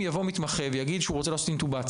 הפיקוח של הרופא המפקח שאנחנו מדברים עליו,